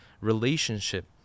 relationship